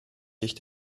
sich